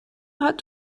hat